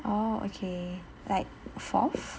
oh okay like fourth